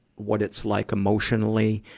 what it's like emotionally,